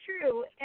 true